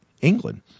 England